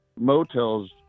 motels